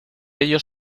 ellos